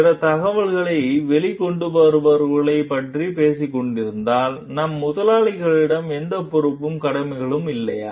பிறகு தகவல்களை வெளி கொண்டுவருபவர்களை பற்றியே பேசி கொண்டிருந்தால் நம் முதலாளிகளிடம் எந்தப் பொறுப்பும் கடமைகளும் இல்லையா